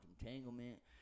entanglement